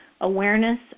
awareness